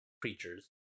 creatures